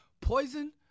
poison